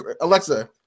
Alexa